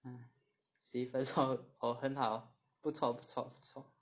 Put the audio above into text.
!huh! save first lor orh 很好不错不错不错